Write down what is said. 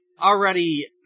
already